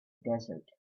desert